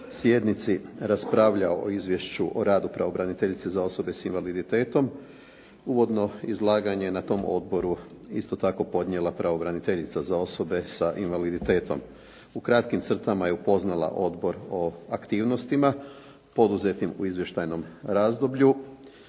sjednici raspravljao o Izvješću o radu pravobraniteljice za osobe s invaliditetom. Uvodno izlaganje na tom odboru isto tako podnijela je pravobraniteljica za osobe s invaliditetom. U kratkim crtama je upoznala odbor o aktivnostima poduzetim u izvještajnom razdoblju